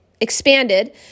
expanded